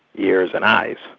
ears and eyes.